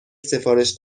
سفارش